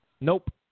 Nope